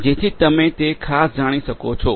જેથી તમે તે ખાસ જાણી શકો છો